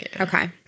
Okay